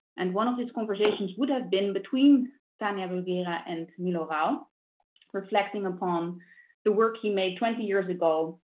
and one of these conversations would have been between tania bruguera and milo rau reflecting upon the work he made twenty years ago,